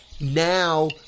now